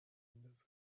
میندازه